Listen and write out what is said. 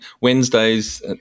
Wednesdays